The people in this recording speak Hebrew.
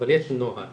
אבל יש נוהל